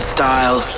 style